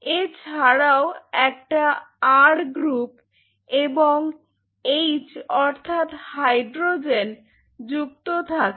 এছাড়াও একটা R group এবং এইচ্ অর্থাৎ হাইড্রোজেন যুক্ত থাকে